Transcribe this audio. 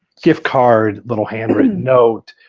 gift card, little handwritten note.